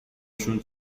شون